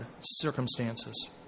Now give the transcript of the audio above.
circumstances